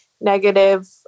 negative